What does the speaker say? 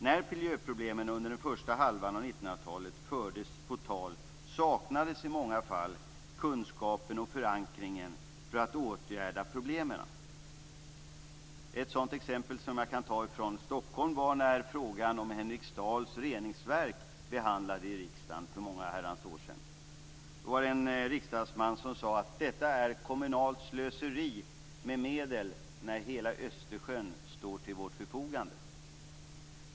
När miljöproblemen under den första halvan av 1900-talet fördes på tal saknades i många fall kunskapen och förankringen för att åtgärda problemen. Ett sådant exempel som jag kan ta från Stockholm var när frågan om Henriksdals reningsverk behandlades i riksdagen för många herrans år sedan. Då var det en riksdagsman som sade: Detta är kommunalt slöseri med medel, när hela Östersjön står till vårt förfogande!